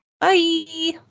bye